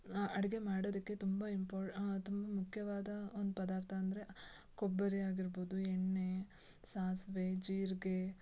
ಅಡುಗೆ ಮಾಡೋದಕ್ಕೆ ತುಂಬ ಇಂಪೊ ತುಂಬ ಮುಖ್ಯವಾದ ಒಂದು ಪದಾರ್ಥ ಅಂದರೆ ಕೊಬ್ಬರಿ ಆಗಿರ್ಬೋದು ಎಣ್ಣೆ ಸಾಸಿವೆ ಜೀರಿಗೆ